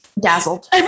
dazzled